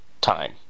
time